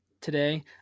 today